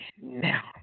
now